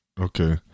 Okay